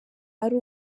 ari